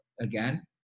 again